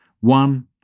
One